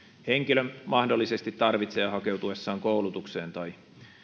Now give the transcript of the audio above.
henkilö mahdollisesti tarvitsee koulutukseen hakeutuessaan tai